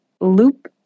loop